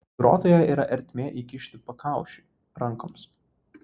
grotoje yra ertmė įkišti pakaušiui rankoms